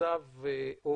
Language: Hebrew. למצב או